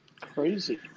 crazy